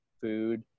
food